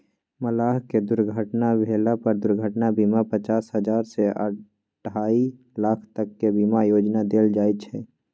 मलाह के दुर्घटना भेला पर दुर्घटना बीमा पचास हजार से अढ़ाई लाख तक के बीमा योजना देल जाय छै